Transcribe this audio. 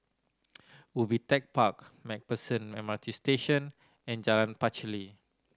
Ubi Tech Park Macpherson M R T Station and Jalan Pacheli